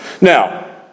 now